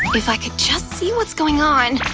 if i could just see what's going on,